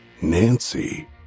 Nancy